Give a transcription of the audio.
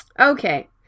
Okay